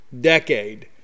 decade